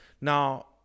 now